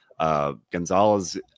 Gonzalez